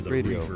Radio